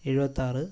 എഴുപത്തിയാറ്